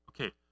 okay